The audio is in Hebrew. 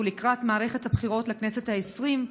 ולקראת מערכת הבחירות לכנסת העשרים,